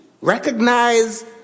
recognize